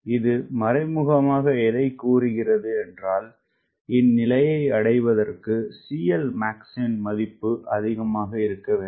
இது மறைமுகமாக எதைகூறுகிறதுஎன்றால்இந்நிலையைஅடைவதற்குCLmax இன் மதிப்பு அதிகமாக இருக்க வேண்டும்